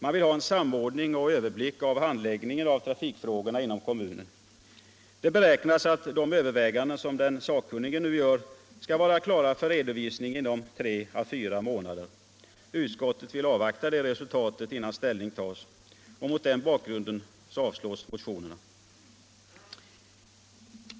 Man vill ha en samordning och överblick av handläggningen av trafikfrågorna inom kommunerna. Det beräknas att de överväganden som den sakkunnige nu gör skall vara klara för redovisning inom 3 å 4 månader. Utskottet vill avvakta det resultatet innan ställning tas. Mot den bakgrunden avstyrks motionerna.